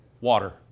Water